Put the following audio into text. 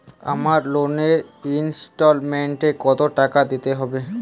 আমার লোনের ইনস্টলমেন্টৈ কত টাকা দিতে হবে?